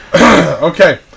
Okay